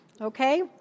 Okay